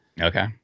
Okay